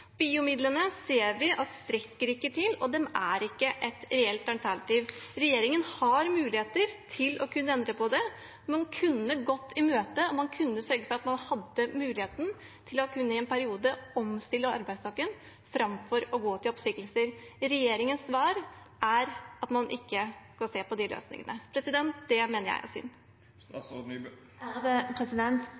ser vi ikke strekker til, og de er ikke et reelt alternativ. Regjeringen har muligheter til å kunne endre på det. Man kunne gått i møte, og man kunne sørget for at man i en periode hadde muligheten til å kunne omstille arbeidstokken framfor å gå til oppsigelser. Regjeringens svar er at man ikke skal se på de løsningene. Det mener jeg er synd.